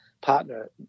partner